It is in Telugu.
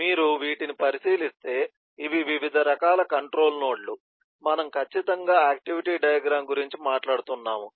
మీరు వీటిని పరిశీలిస్తే ఇవి వివిధ రకాల కంట్రోల్ నోడ్లు మనము ఖచ్చితంగా ఆక్టివిటీ డయాగ్రమ్ గురించి మాట్లాడుతున్నాము